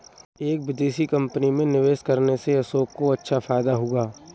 एक विदेशी कंपनी में निवेश करने से अशोक को अच्छा फायदा हुआ